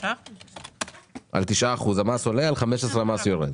על 9%. על 9% המס עולה ועל 15% המס יורד.